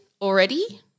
Already